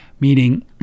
Meaning